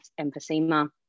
emphysema